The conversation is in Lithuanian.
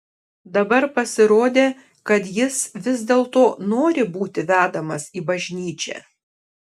dabar pasirodė kad jis vis dėlto nori būti vedamas į bažnyčią